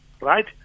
right